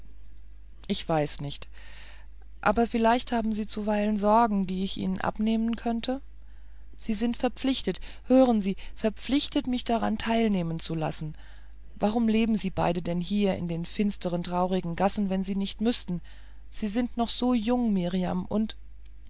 hier gewiß nicht aber vielleicht haben sie zuweilen sorgen die ich ihnen abnehmen konnte sie sind verpflichtet hören sie verpflichtet mich daran teilnehmen zu lassen warum leben sie denn beide hier in der finstern traurigen gasse wenn sie nicht müßten sie sind noch so jung mirjam und